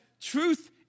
truth